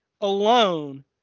alone